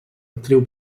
actriu